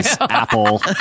apple